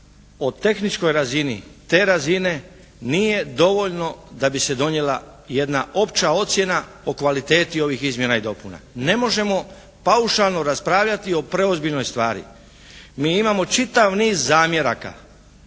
o tehničkoj razini te razine nije dovoljno da bi se donijela jedna opća ocjena o kvaliteti ovih izmjena i dopuna. Ne možemo paušalno raspravljati o preozbiljnoj stvari. Mi imamo čitav niz zamjeraka